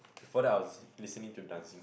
before that I was listening to Dancing Queen